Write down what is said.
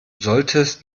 solltest